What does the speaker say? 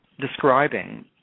describing